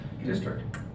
district